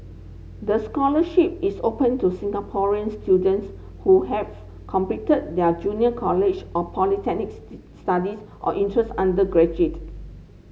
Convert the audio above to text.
the scholarship is open to Singaporean students who have completed their junior college or polytechnics studies or interested undergraduate